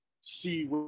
see